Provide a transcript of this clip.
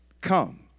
Come